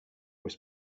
was